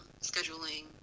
scheduling